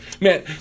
man